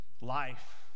life